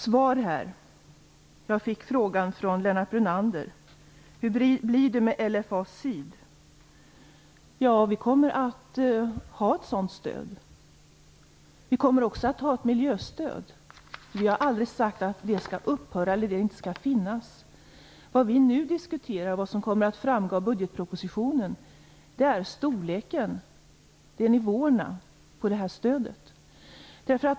Så några svar. Lennart Brunander frågade: Hur blir det med LFA Syd? Ja, vi kommer att ha ett sådant stöd. Vi kommer också att ha ett miljöstöd. Vi har aldrig sagt att det skall upphöra eller att det inte skall finnas. Vad vi nu diskuterar och vad som kommer att framgå av budgetpropositionen är storleken - nivåerna - på stödet.